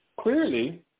Clearly